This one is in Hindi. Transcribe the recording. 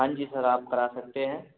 हाँ जी सर आप करा सकते हैं